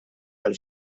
tal